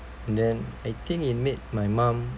and then I think it made my mom